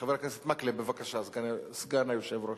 חבר הכנסת מקלב, בבקשה, סגן היושב-ראש.